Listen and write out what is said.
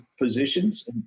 positions